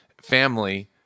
family